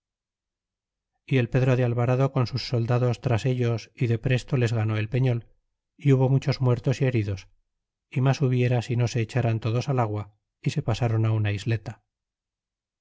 y el pedro de alvarado con sus soldados tras ellos y de presto les ganó el peño y hubo muchos muertos y heridos é mas hubiera si no se echaran todos al agua y se pasaron una isleta